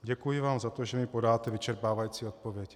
Děkuji vám za to, že mi podáte vyčerpávající odpověď.